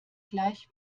gleich